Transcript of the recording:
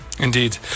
indeed